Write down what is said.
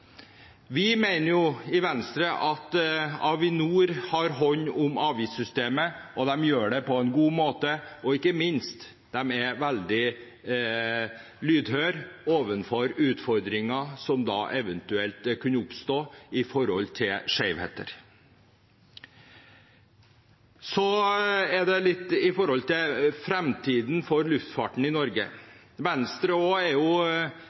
Vi mener i Venstre det bra at Avinor har hånd om avgiftssystemet. De gjør det på en god måte, og ikke minst er de veldig lydhøre overfor utfordringer som eventuelt kan oppstå når det gjelder skjevheter. Så litt om framtiden for luftfarten i Norge. Venstre er